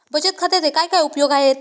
बचत खात्याचे काय काय उपयोग आहेत?